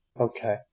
Okay